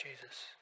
jesus